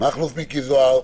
מכלוף מיקי זוהר,